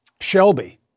Shelby